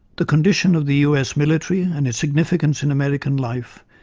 the condition of the us military, and its significance in american life,